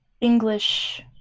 English